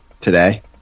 today